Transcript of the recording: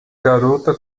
garota